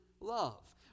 love